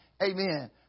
amen